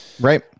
Right